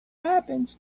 happens